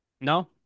No